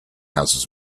houses